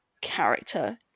character